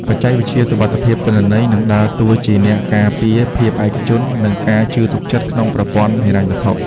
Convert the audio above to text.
បច្ចេកវិទ្យាសុវត្ថិភាពទិន្នន័យនឹងដើរតួជាអ្នកការពារភាពឯកជន និងការជឿទុកចិត្តក្នុងប្រព័ន្ធហិរញ្ញវត្ថុ។